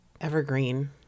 evergreen